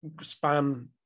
span